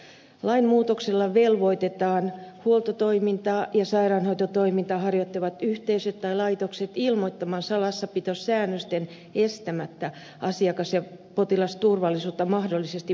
lain muutoksella velvoitetaan huoltotoimintaa ja sairaanhoitotoimintaa harjoittavat yhteisöt tai laitokset ilmoittamaan salassapitosäännösten estämättä asiakas ja potilasturvallisuutta mahdollisesti vaarantavasta seikasta